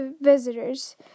visitors